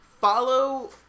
follow